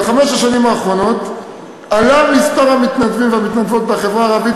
בחמש השנים האחרונות גדל מספר המתנדבים והמתנדבות בחברה הערבית,